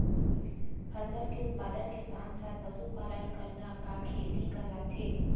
फसल के उत्पादन के साथ साथ पशुपालन करना का खेती कहलाथे?